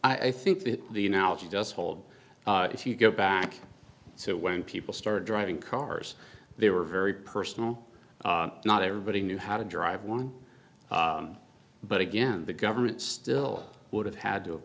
i think the analogy does hold if you go back so when people started driving cars they were very personal not everybody knew how to drive one but again the government still would have had to